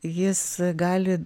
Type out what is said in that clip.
jis gali